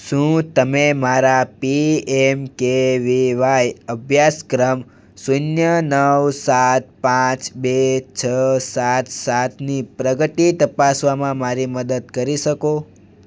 શું તમે મારા P M K V Y અભ્યાસક્રમ શૂન્ય નવ સાત પાંચ બે છ સાત સાતની પ્રગતિ તપાસવામાં મારી મદદ કરી શકો